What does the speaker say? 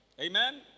Amen